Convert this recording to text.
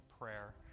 prayer